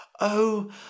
Oh